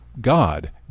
God